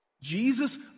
Jesus